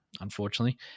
unfortunately